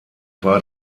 war